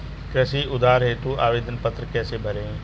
कृषि उधार हेतु आवेदन पत्र कैसे भरें?